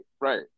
right